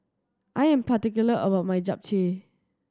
I am particular about my Japchae